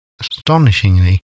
Astonishingly